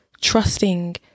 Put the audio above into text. trusting